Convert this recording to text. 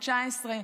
ב-2019,